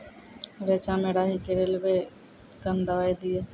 रेचा मे राही के रेलवे कन दवाई दीय?